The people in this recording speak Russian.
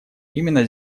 именно